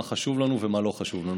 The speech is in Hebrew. מה חשוב לנו ומה לא חשוב לנו.